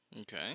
Okay